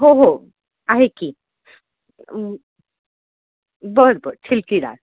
हो हो आहे की बर बर